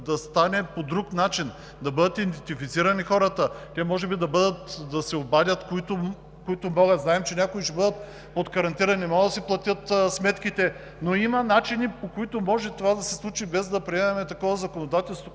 да стане по друг начин, да бъдат идентифицирани хората – може би да се обадят, които могат… Знаем, че някои ще бъдат под карантина и не могат да си платят сметките, но има начини, по които може това да се случи – без да приемаме такова законодателство,